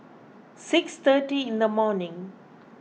six thirty in the morning